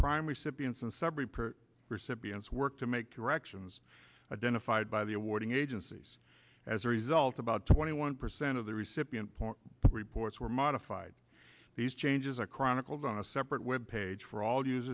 several recipients work to make corrections identified by the awarding agencies as a result about twenty one percent of the recipient reports were modified these changes are chronicled on a separate web page for all